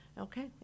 Okay